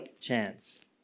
chance